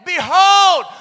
behold